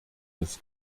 des